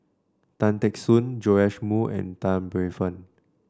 Tan Teck Soon Joash Moo and Tan Paey Fern